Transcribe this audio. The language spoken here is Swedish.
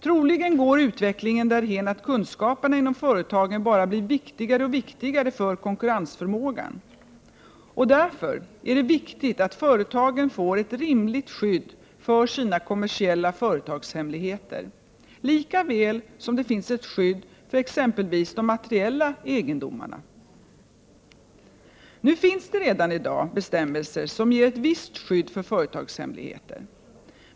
Troligen går utvecklingen därhän att kunskaperna inom företagen bara blir viktigare och viktigare för konkurrensförmågan. Och därför är det viktigt att företagen får ett rimligt skydd för sina kommersiella företagshemligheter, lika väl som det finns ett skydd exempelvis för de materiella egendomarna. Nu finns det redan i dag bestämmelser som ger ett visst skydd för företagshemligheter.